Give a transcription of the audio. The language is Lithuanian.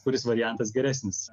kuris variantas geresnis